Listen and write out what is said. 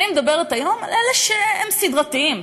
אני מדברת היום על אלה שהם סדרתיים.